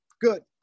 good